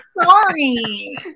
Sorry